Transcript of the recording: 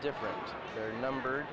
different number